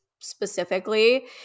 specifically